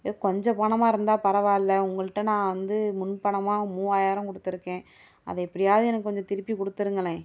ஏதோ கொஞ்சம் பணமாக இருந்தால் பரவாயில்ல உங்கள்கிட்ட நான் வந்து முன் பணமாக மூவாயிரம் கொடுத்துருக்கேன் அதை எப்படியாவது எனக்கு கொஞ்சம் திருப்பி கொடுத்துருங்களேன்